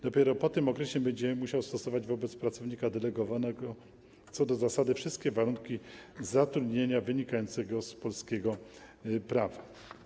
Dopiero po tym okresie będzie musiał stosować wobec pracownika delegowanego co do zasady wszystkie warunki zatrudnienia wynikające z polskiego prawa.